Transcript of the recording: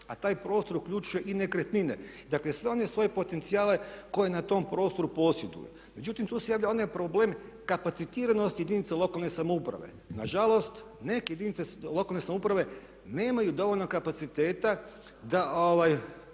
a taj prostor uključuje i nekretnine. Dakle, sve one svoje potencijale koje na tom prostoru posjeduju. Međutim, tu se javlja onaj problem kapacitiranosti jedinica lokalne samouprave. Nažalost neke jedinice lokalne samouprave nemaju dovoljno kapaciteta da